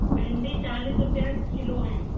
भिंडी चालीस रुपये किलो है